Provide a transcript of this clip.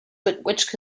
which